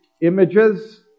images